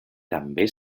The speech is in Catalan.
també